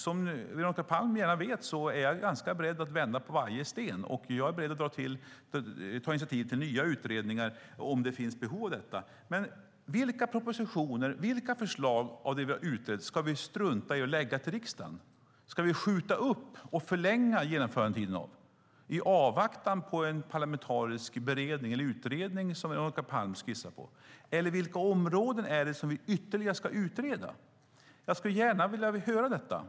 Som Veronica Palm redan vet är jag ganska beredd att vända på varje sten och ta initiativ till nya utredningar om det finns behov av det. Men vilka propositioner och förslag av dem vi har utrett ska vi strunta i att lägga fram för riksdagen? Ska vi skjuta upp dem och förlänga genomförandetiden i avvaktan på en parlamentarisk beredning eller utredning som Veronica Palm skissar på? Vilka områden är det vi ytterligare ska utreda? Jag skulle gärna vilja höra det.